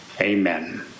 amen